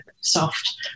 soft